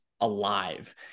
alive